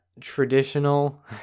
traditional